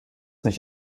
nicht